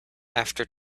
after